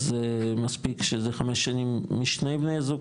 אז מספיק שזה חמש שנים משני בני הזוג,